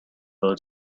boat